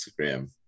Instagram